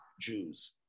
Jews